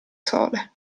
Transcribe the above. sole